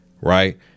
right